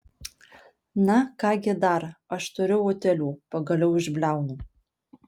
na ką gi dar aš turiu utėlių pagaliau išbliaunu